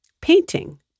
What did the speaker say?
Painting